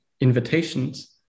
invitations